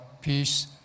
peace